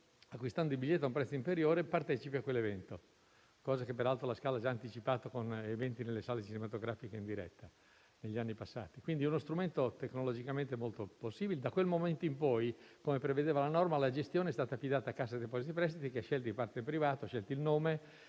acquistando i biglietti a un prezzo inferiore, partecipare a quell'evento, cosa che La Scala ha già anticipato con eventi nelle sale cinematografiche in diretta negli anni passati. È uno strumento tecnologicamente possibile. Da quel momento in poi, come prevedeva la norma, la gestione è stata affidata a Cassa depositi e prestiti, che ha scelto il *partner* privato e il nome.